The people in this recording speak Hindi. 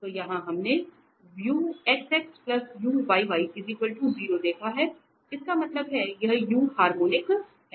तो यहाँ हमने देखा है कि इसका मतलब है यह u हार्मोनिक है